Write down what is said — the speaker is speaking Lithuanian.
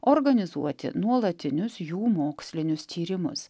organizuoti nuolatinius jų mokslinius tyrimus